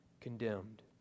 condemned